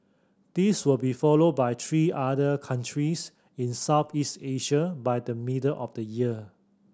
this will be followed by three other countries in Southeast Asia by the middle of the year